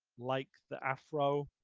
like the afro.